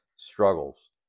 struggles